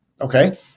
Okay